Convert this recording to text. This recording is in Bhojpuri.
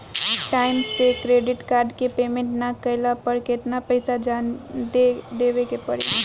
टाइम से क्रेडिट कार्ड के पेमेंट ना कैला पर केतना पईसा जादे देवे के पड़ी?